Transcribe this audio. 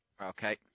Okay